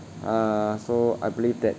uh so I believe that